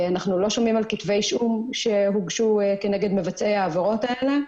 לא שומעים על כתבי אישום שהוגשו כנגד מבצעי העבירות האלה,